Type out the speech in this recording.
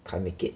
can't make it